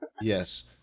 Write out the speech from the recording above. Yes